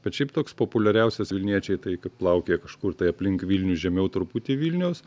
bet šiaip toks populiariausias vilniečiai tai kaip plaukia kažkur tai aplink vilnių žemiau truputį vilniaus